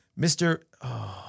Mr